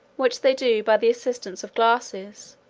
which they do by the assistance of glasses,